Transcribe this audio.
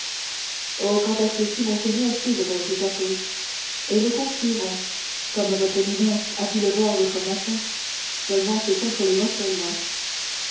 oh quant à ceci monseigneur c'est vrai dit athos et nous conspirons comme votre éminence a pu le voir l'autre matin seulement c'est contre